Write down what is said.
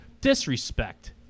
Disrespect